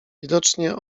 widocznie